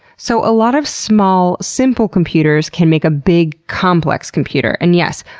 so a lot of small, simple computers can make a big, complex computer. and yes,